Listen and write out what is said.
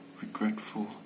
regretful